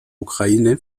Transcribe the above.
ukraine